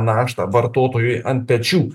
naštą vartotojui ant pečių